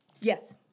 Yes